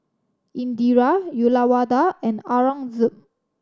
Indira Uyyalawada and Aurangzeb